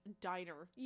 diner